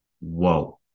Whoa